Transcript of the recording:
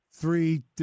three